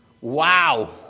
Wow